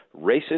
racist